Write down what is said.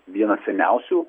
vienas seniausių